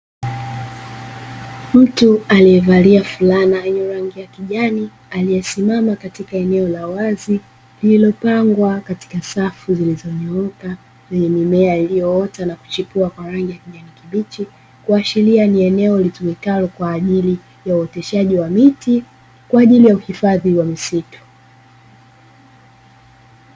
Mtu aliyevalia fulana yenye rangi ya kijani, aliyesimama katika eneo la wazi, lililopangwa katika safu zilizonyooka zenye mimea iliyoota na kuchipua kwa rangi ya kijani kibichi, kuashiria ni eneo litumikalo kwa ajili ya uoteshaji wa miti, kwa ajili ya uhifadhi wa misitu.